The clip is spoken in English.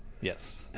Yes